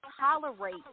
tolerate